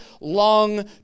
long